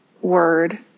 word